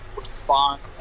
response